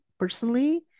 personally